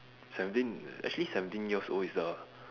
seventeen actually seventeen years old is the